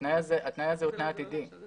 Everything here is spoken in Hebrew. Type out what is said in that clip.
התנאי הזה הוא תנאי עתידי.